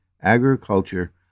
Agriculture